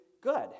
good